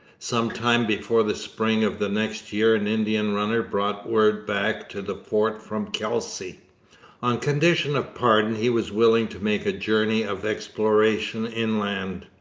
some time before the spring of the next year an indian runner brought word back to the fort from kelsey on condition of pardon he was willing to make a journey of exploration inland.